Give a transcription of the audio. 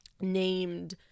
named